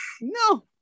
no